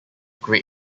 great